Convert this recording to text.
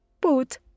put